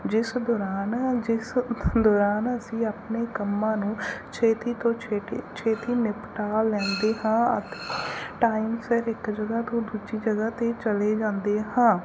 ਜਿਸ ਦੌਰਾਨ ਜਿਸ ਦੌਰਾਨ ਅਸੀਂ ਆਪਣੇ ਕੰਮਾਂ ਨੂੰ ਛੇਤੀ ਤੋਂ ਛੇਤੀ ਛੇਤੀ ਨਿਪਟਾ ਲੈਂਦੇ ਹਾਂ ਅਤੇ ਟਾਈਮ ਸਿਰ ਇੱਕ ਜਗ੍ਹਾ ਤੋਂ ਦੂਜੀ ਜਗ੍ਹਾ 'ਤੇ ਚਲੇ ਜਾਂਦੇ ਹਾਂ